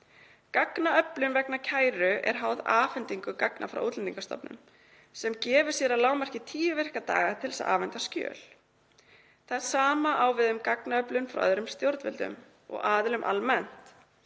„Gagnaöflun vegna kæru er háð afhendingu gagna frá Útlendingastofnun sem gefur sér að lágmarki 10 virka daga til þess að afhenda skjöl. Það sama á við um gagnaöflun frá öðrum stjórnvöldum og aðilum almennt.